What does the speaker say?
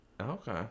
Okay